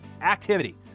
activity